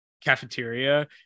cafeteria